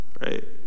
right